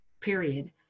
period